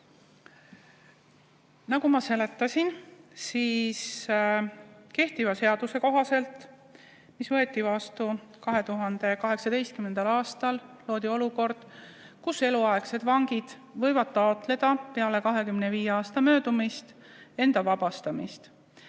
Nagu ma seletasin, kehtiva seaduse kohaselt, mis võeti vastu 2018. aastal, loodi olukord, kus eluaegsed vangid võivad taotleda peale 25 aasta möödumist enda vabastamist.